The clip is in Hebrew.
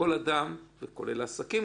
כל אדם זה כולל גם עסקים